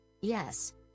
Yes